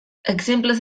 exemples